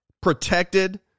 protected